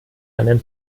einen